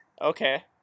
Okay